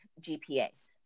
GPAs